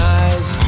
eyes